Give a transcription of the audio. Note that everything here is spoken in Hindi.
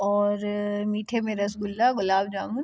और मीठे में रसगुल्ला गुलाब जामुन